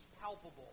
palpable